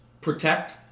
protect